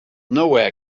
nowhere